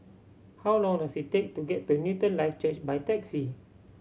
how long does it take to get to Newton Life Church by taxi